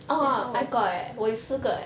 then how